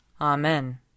Amen